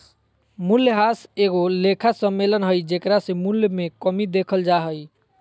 मूल्यह्रास एगो लेखा सम्मेलन हइ जेकरा से मूल्य मे कमी देखल जा हइ